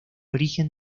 origen